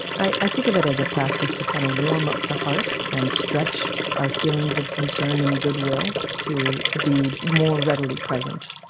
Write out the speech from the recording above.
i think of it as a practice to kind of warm up the heart and stretch our feelings of concern and goodwill to be more readily present.